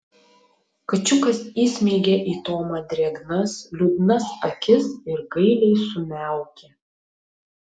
kačiukas įsmeigė į tomą drėgnas liūdnas akis ir gailiai sumiaukė